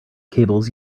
cables